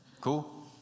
Cool